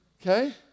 Okay